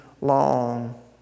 long